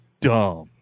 dumb